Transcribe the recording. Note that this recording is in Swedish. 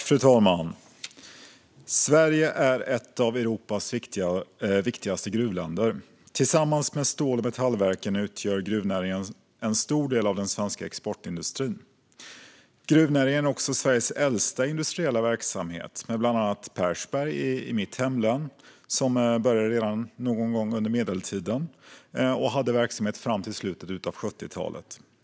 Fru talman! Sverige är ett av Europas viktigaste gruvländer. Tillsammans med stål och metallverken utgör gruvnäringen en stor del av den svenska exportindustrin. Gruvnäringen är också Sveriges äldsta industriella verksamhet. Bland annat hade Persberg i mitt hemlän gruvdrift från medeltiden fram till slutet av 70-talet.